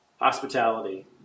hospitality